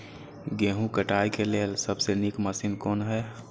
गेहूँ काटय के लेल सबसे नीक मशीन कोन हय?